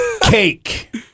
Cake